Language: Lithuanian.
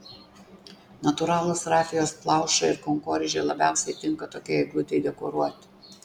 natūralūs rafijos plaušai ir kankorėžiai labiausiai tinka tokiai eglutei dekoruoti